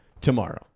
tomorrow